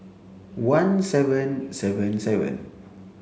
one seven seven seven